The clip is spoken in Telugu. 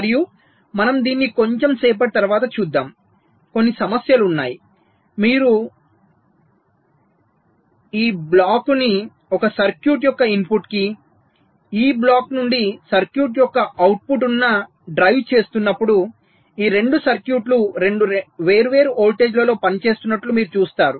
మరియు మనము దీనిని కొంచెం సేపటి తరువాత చూద్దాం కొన్ని సమస్యలు ఉన్నాయి మీరు ఈ బ్లాక్లోని ఒక సర్క్యూట్ యొక్క ఇన్పుట్ కి ఈ బ్లాక్ నుండి సర్క్యూట్ యొక్క అవుట్పుట్ను డ్రైవ్ చేస్తున్నప్పుడు ఈ రెండు సర్క్యూట్లు రెండు వేర్వేరు వోల్టేజ్లలో పనిచేస్తున్నట్లు మీరు చూస్తారు